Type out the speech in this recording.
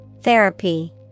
Therapy